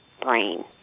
brain